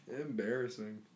Embarrassing